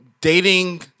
dating